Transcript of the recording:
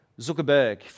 Zuckerberg